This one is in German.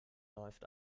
läuft